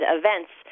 events